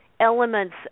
elements